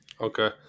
Okay